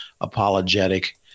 apologetic